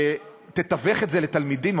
שתתווך את זה לתלמידים,